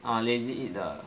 or lazy eat the